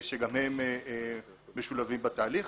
שגם הם משולבים בתהליך.